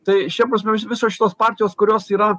tai šia prasme visos šitos partijos kurios yra